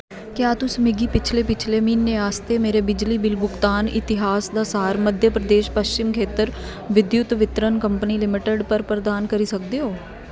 क्या तुस मिगी पिछले पिछले म्हीने आस्तै मेरे बिजली बिल भुगतान इतिहास दा सार मध्य प्रदेश पश्चिम खेतर विद्युत वितरण कंपनी लिमिटेड पर प्रदान करी सकदे ओ